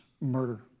murder